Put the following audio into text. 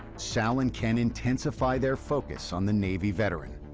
sal and ken intensify their focus on the navy veteran.